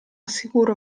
sicuro